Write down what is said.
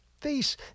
face